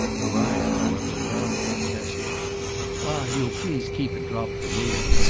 maria, however, roundly protested. ah you'll please keep a drop for me.